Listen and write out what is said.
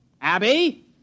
Abby